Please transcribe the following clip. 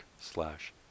slash